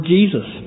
Jesus